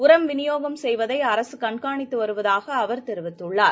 உரம் விநியோகம் செய்வதைஅரசுகண்காணித்துவருவதாகஅவர் தெரிவித்துள்ளார்